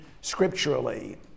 scripturally